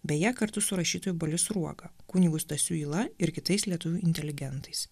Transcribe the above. beje kartu su rašytoju baliu sruoga kunigu stasiu yla ir kitais lietuvių inteligentais